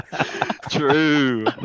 true